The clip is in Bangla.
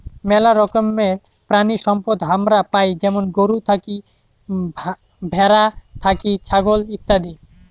মেলা রকমের প্রাণিসম্পদ হামারা পাই যেমন গরু থাকি, ভ্যাড়া থাকি, ছাগল ইত্যাদি